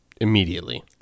Immediately